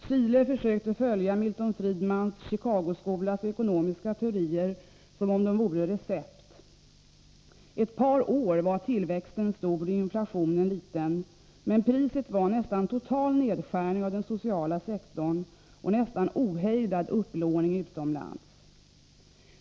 Chile försökte följa Milton Friedmans Chicagoskolas ekonomiska teorier som om de vore recept. Ett par år var tillväxten stor och inflationen liten — men priset var en nästan total nedskärning av den sociala sektorn och nästan ohejdad upplåning utomlands.